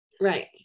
Right